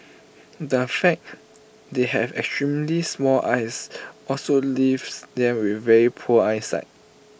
the fact they have extremely small eyes also leaves them with very poor eyesight